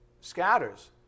scatters